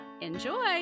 Enjoy